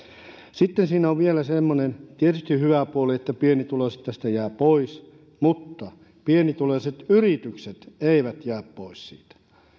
sitten siinä on vielä semmoinen tietysti hyvä puoli että pienituloiset tästä jäävät pois mutta pienituloiset yritykset eivät jää pois siitä